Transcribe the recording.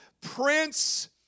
Prince